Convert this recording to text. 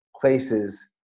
places